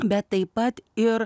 bet taip pat ir